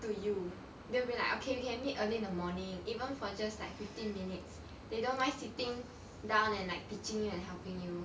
so you don't really like okay you can meet early in the morning even for just like fifteen minutes they don't mind sitting down and like teaching and helping you